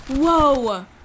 Whoa